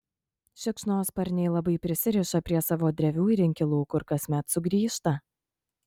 šikšnosparniai labai prisiriša prie savo drevių ir inkilų kur kasmet sugrįžta